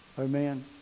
Amen